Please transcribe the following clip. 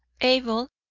abel,